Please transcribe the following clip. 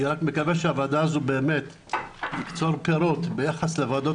אני רק מקווה שהוועדה הזו באמת תקצור פירות ביחס לוועדות